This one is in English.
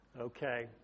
Okay